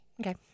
Okay